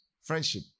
friendship